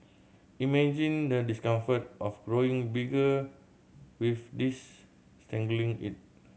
imagine the discomfort of growing bigger with this strangling it